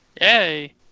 Yay